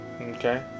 Okay